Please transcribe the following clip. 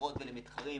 לחברות ולמתחרים